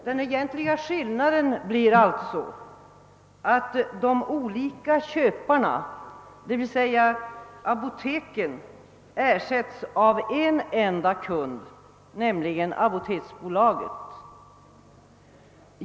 Den egentliga skillnaden blir alltså att de olika köparna, d.v.s. apoteken, ersätts av en enda kund, nämligen apoteksbolaget.